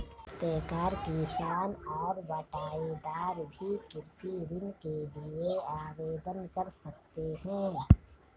काश्तकार किसान और बटाईदार भी कृषि ऋण के लिए आवेदन कर सकते हैं